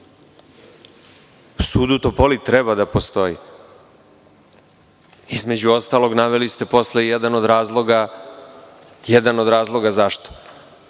Sud u Topoli treba da postoji. Između ostalog, naveli ste posle i jedan od razloga zašto. Ako